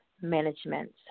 management